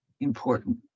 important